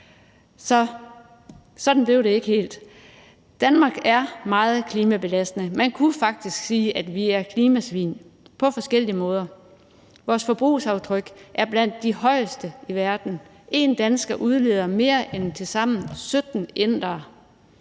Sådan blev det ikke helt. Danmark er meget klimabelastende. Man kunne faktisk sige, at vi er klimasvin på forskellige måder. Vores forbrugsaftryk er blandt de højeste i verden. Én dansker udleder mere, end 17 indere